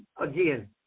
again